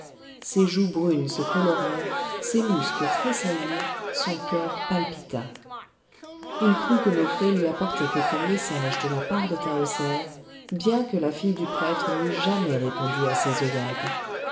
ses joues brunes se colorèrent ses muscles tressaillirent son cœur palpita il crut que nofré lui apportait quelque message de la part de tahoser bien que la fille du prêtre n'eût jamais répondu à ses œillades